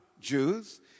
Jews